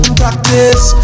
practice